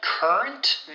Current